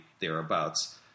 thereabouts